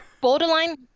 borderline